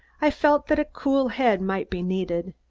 i felt that a cool head might be needed.